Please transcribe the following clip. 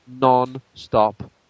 non-stop